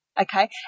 Okay